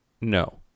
no